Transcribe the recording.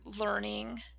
learning